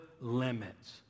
limits